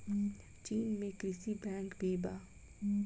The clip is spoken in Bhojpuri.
चीन में कृषि बैंक भी बा